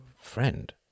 friend